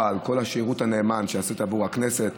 על כל השירות הנאמן שעשית עבור הכנסת,